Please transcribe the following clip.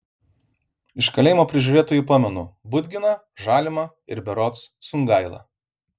iš kalėjimo prižiūrėtojų pamenu budginą žalimą ir berods sungailą